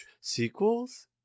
sequels